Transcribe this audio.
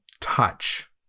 touch